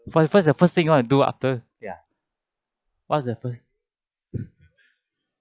for the first the first thing you want to do after ya what is the first